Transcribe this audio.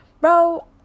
Bro